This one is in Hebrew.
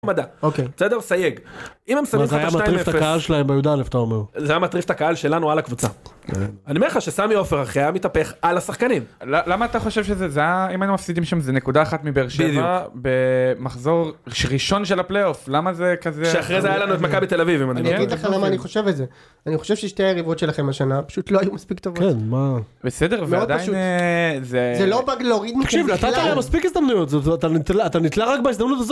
מדע. אוקיי. בסדר? סייג. אם הם שמים לך את השתיים אפס... זה היה מטריף את הקהל שלהם בי"א, אתה אומר. זה היה מטריף את הקהל שלנו על הקבוצה. אני אומר לך שסמי עופר, אחי, היה מתהפך על השחקנים. למה אתה חושב שזה זה היה... אם היינו מפסידים שם, זה נקודה אחת מבאר שבע במחזור ראשון של הפלייאוף. למה זה כזה...? שאחרי זה היה לנו את מכבי תל אביב, אם אני לא טועה. אני אגיד לך למה אני חושב את זה: אני חושב ששתי היריבות שלכם השנה, פשוט לא היו מספיק טובות. כן, מה? בסדר ועדיין זה... לא בגלורית בכלל. בסדר, נתנו להם מספיק הזדמנויות. זה... אתה ניתלה רק בהזדמנות הזאת.